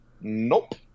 Nope